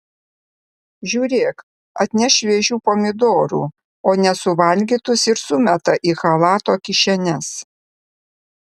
žiūrėk atneš šviežių pomidorų o nesuvalgytus ir sumeta į chalato kišenes